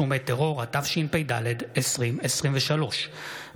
או אימות זהות של אדם לרבות גופה,